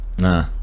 Nah